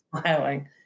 Smiling